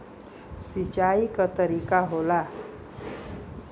सिंचाई क तरीका होला